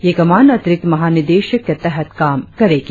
यह कमान अतिरिक्त महानिदेशक के तहत काम करेगी